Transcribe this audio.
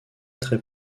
très